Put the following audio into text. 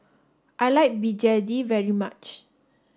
I like Begedil very much